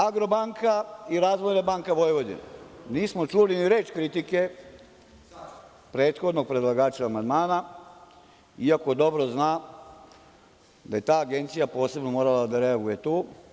Agrobanka“ i „Razvojna banka Vojvodine“, nismo čuli ni reč kritike prethodnog predlagača amandmana, iako dobro zna da je ta Agencija posebno morala da reaguje tu.